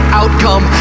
outcome